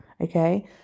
okay